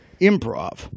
improv